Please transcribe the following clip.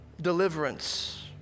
deliverance